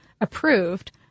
approved